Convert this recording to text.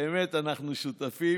באמת אנחנו שותפים,